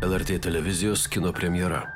lrt televizijos kino premjera